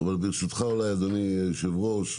אבל ברשותך אולי אדוני היו"ר,